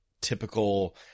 typical